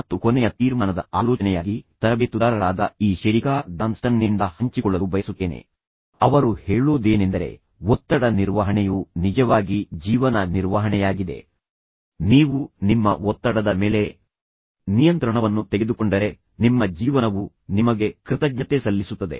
ಮತ್ತು ಕೊನೆಯ ತೀರ್ಮಾನದ ಆಲೋಚನೆಯಾಗಿ ನಾನು ಇದನ್ನು ತರಬೇತುದಾರರಾದ ಈ ಶೆರಿಕಾ ಡಾನ್ ಸ್ಟನ್ ನಿಂದ ಹಂಚಿಕೊಳ್ಳಲು ಬಯಸುತ್ತೇನೆ ಅವರು ಹೇಳೋದೇನೆಂದರೆ ಒತ್ತಡ ನಿರ್ವಹಣೆಯು ನಿಜವಾಗಿ ಜೀವನ ನಿರ್ವಹಣೆಯಾಗಿದೆ ನೀವು ನಿಮ್ಮ ಒತ್ತಡದ ಮೇಲೆ ನಿಯಂತ್ರಣವನ್ನು ತೆಗೆದುಕೊಂಡರೆ ನಿಮ್ಮ ಜೀವನವು ನಿಮಗೆ ಕೃತಜ್ಞತೆ ಸಲ್ಲಿಸುತ್ತದೆ